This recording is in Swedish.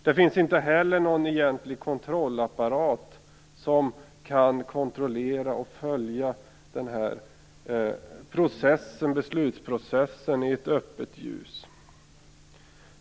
Det finns inte heller någon egentlig kontrollapparat som kan kontrollera och följa beslutsprocessen i ett öppet ljus.